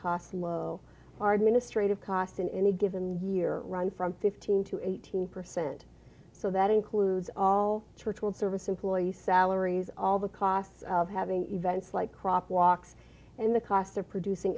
costs low our administrative costs in any given year run from fifteen to eighteen percent so that includes all churchward service employee salaries all the costs of having events like crop walks and the cost of producing